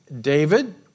David